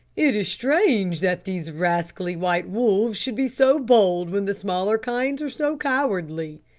it is strange that these rascally white wolves should be so bold when the smaller kinds are so cowardly,